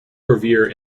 revere